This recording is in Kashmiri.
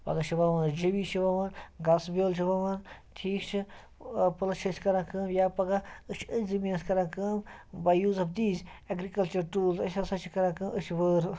پَگاہ چھِ وَوان أسۍ جَوی چھِ وَوان گاسہٕ بیول چھِ وَوان ٹھیٖک چھِ پٕلَس چھِ أسۍ کران کأم یا پَگاہ أسۍ چھِ أتھۍ زٔمیٖنَس کران کأم by use of these agriculture tool أسۍ ہَسا چھِ کران کأم أسۍ چھِ وأر